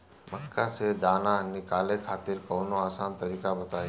मक्का से दाना निकाले खातिर कवनो आसान तकनीक बताईं?